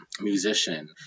musician